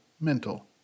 mental